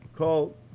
Call